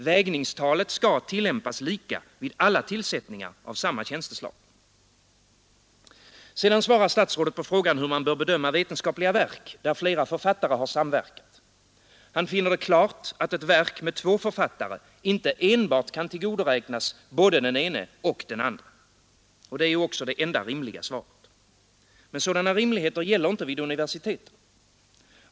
Vägningstalet skall Sedan svarar statsrådet på frågan hur man bör bedöma vetenskapliga verk, där flera författare samverkat. Han finner det klart, att ett verk med två författare inte enbart kan tillgodoräknas både den ene och den andre. Det är också det enda rimliga svaret. Men sådana rimligheter gäller inte vid universiteten.